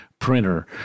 Printer